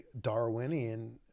Darwinian